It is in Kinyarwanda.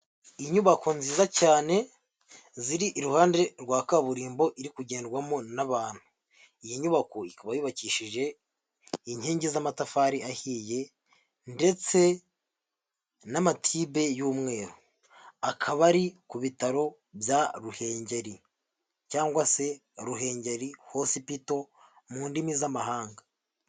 Inyubako nziza cyane ziri iruhande rwa kaburimbo iri kugendwamo n'abantu, iyi nyubako ikaba yubakishije inkingi z'amatafari ahiye ndetse n'amatibe y'umweru, akaba ari ku bitaro bya Ruhengeri cyangwa se Ruhengeri Hosipital mu ndimi z'amahanga.